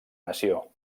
nació